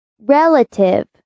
relative